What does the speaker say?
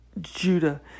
Judah